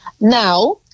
Now